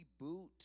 reboot